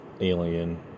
alien